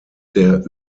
der